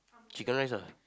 chicken rice lah